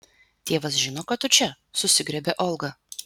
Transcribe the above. tėvas žino kad tu čia susigriebia olga